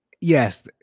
Yes